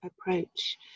approach